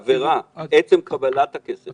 עצם קבלת הכסף הוא עברה.